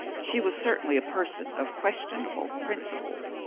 she was certainly a person of questionable principles,